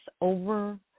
over